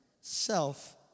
self